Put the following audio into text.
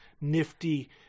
nifty